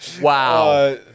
Wow